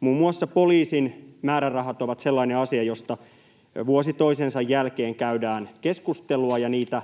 Muun muassa poliisin määrärahat ovat sellainen asia, josta vuosi toisensa jälkeen käydään keskustelua, ja niitä